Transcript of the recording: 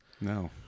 No